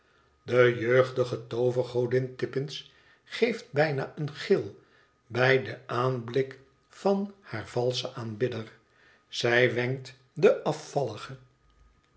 de jeugdige toovergodin tippins geeft bijna een gil bij den aanblik van haar valschen aanbidder zij wenkt den